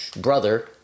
Brother